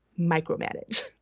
micromanage